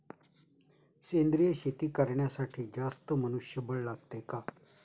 सेंद्रिय शेती करण्यासाठी जास्त मनुष्यबळ लागते का?